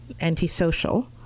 antisocial